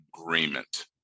agreement